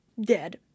dead